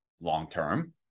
long-term